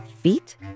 feet